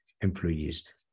employees